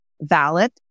valid